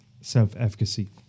self-efficacy